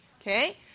okay